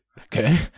Okay